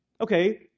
Okay